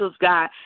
God